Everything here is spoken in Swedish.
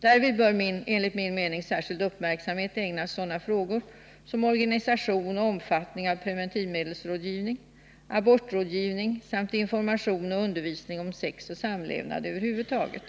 Därvid bör enligt min mening särskild uppmärksamhet ägnas sådana frågor som organisationen och omfattningen av preventivmedelsrådgivning, abortrådgivning samt information och undervisning om sex och samlevnad över huvud taget.